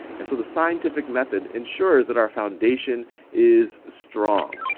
and so the scientific method ensures that our foundation is strong.